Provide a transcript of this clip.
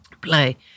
play